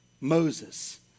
Moses